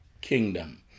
kingdom